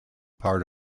part